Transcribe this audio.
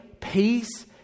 peace